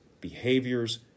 behaviors